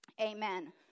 amen